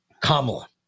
Kamala